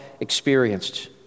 experienced